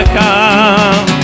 come